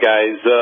guys